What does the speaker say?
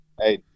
hey